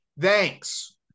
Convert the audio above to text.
Thanks